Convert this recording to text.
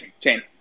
chain